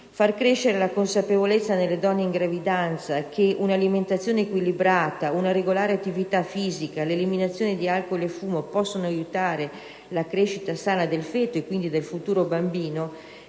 Far crescere la consapevolezza nelle donne in gravidanza che un'alimentazione equilibrata, una regolare attività fisica e l'eliminazione di alcool e fumo possono aiutare la crescita sana del feto, e quindi del futuro bambino,